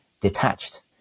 detached